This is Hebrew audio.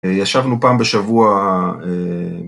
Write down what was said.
ישבנו פעם בשבוע...